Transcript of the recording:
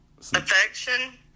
affection